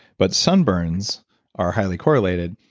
but sunburns are highly correlated.